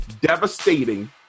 devastating